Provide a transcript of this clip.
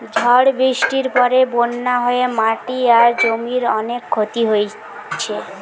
ঝড় বৃষ্টির পরে বন্যা হয়ে মাটি আর জমির অনেক ক্ষতি হইছে